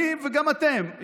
אני וגם אתם,